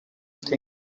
thing